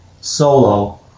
solo